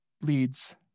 leads